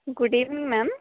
good evening ma'am